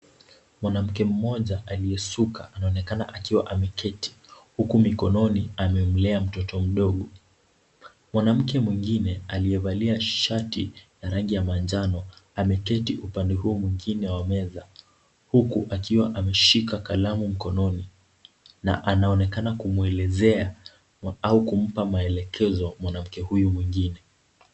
Mwanamke mmoja aliyesuka anaonekana akiwa ameketi huku mikononi amemlea mtoto mdogo. Mwanamke mwingine aliyevalia shati la rangi ya manjano. Ameketi upande huu mwingine wa meza huku akiwa ameshika kalamu mkononi na anaonekana kumwelezea au kumpa maelekezo Mwanamke huyu mwingine .